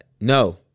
No